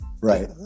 Right